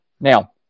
Now